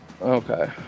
Okay